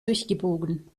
durchgebogen